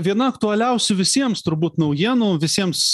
viena aktualiausių visiems turbūt naujienų visiems